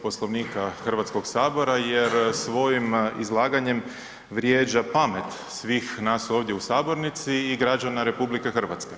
Poslovnika Hrvatskog sabora jer svojim izlaganjem vrijeđa pamet svih nas ovdje u sabornici i građana RH.